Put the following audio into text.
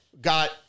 got